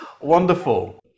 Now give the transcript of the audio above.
Wonderful